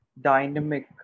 dynamic